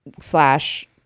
slash